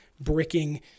Bricking